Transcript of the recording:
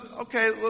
okay